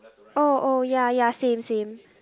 oh oh ya ya same same